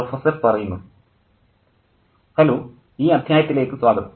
professor hello ഈ അദ്ധ്യായത്തിലേക്ക് സ്വാഗതം